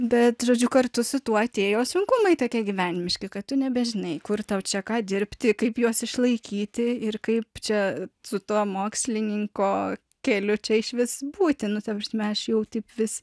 bet žodžiu kartu su tuo atėjo sunkumai tokie gyvenimiški kad tu nebežinai kur tau čia ką dirbti kaip juos išlaikyti ir kaip čia su tuo mokslininko keliu čia išvis būti nu ta prasme aš jau taip vis